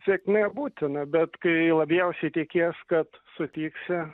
sėkmė būtina bet kai labjausiai tikies kad sutiksi